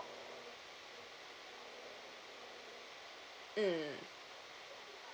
mm